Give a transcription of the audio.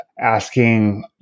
asking